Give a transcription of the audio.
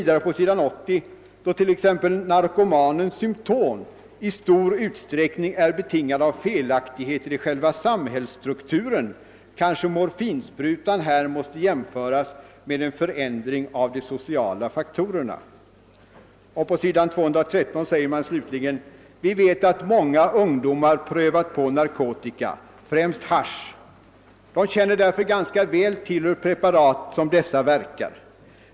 »Då t.ex. narkomanens symtom, i stor utsträckning, är betingade av felaktigheter i själva samhällsstrukturen kanske morfinsprutan här måste jämföras med en förändring av de sociala faktorerna.» På s. 103 säger man: »Vi vet att många ungdomar prövat på narkotika — främst hasch. De känner därför ganska väl till hur preparat som dessa verkar.